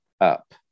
up